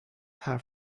حرف